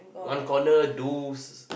one corner those